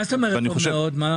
מה זאת אומרת טוב מאוד?